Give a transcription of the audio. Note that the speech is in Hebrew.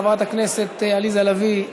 חברת הכנסת עליזה לביא,